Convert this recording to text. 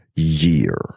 Year